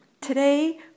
Today